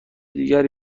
دیگر